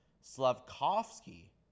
Slavkovsky